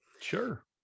Sure